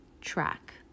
track